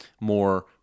more